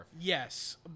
Yes